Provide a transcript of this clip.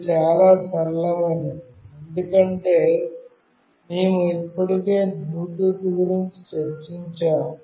ఇది చాలా సరళమైనది ఎందుకంటే మేము ఇప్పటికే బ్లూటూత్ గురించి చర్చించాము